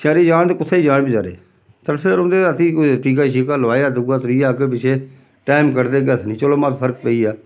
शैह्रै जान ते कुत्थै जान बेचारे तरफदे रौंह्दे ते असें टीका शीका लोआया दूआ त्रीआ अग्गें पिच्छें टैम कड्ढदे गे चलो मत फर्क पेई जा